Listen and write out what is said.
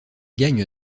gagne